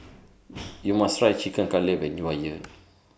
YOU must Try Chicken Cutlet when YOU Are here